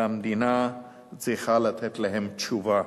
והמדינה צריכה לתת להם תשובה.